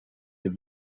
hier